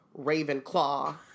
Ravenclaw